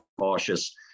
cautious